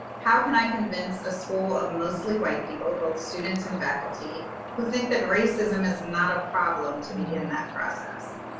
how can i convince a school of mostly white people both students and faculty who think racism is not a problem to begin that process?